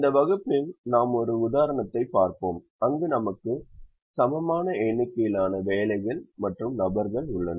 இந்த வகுப்பில் நாம் ஒரு உதாரணத்தைப் பார்ப்போம் அங்கு நமக்கு சமமான எண்ணிக்கையிலான வேலைகள் மற்றும் நபர்கள் உள்ளனர்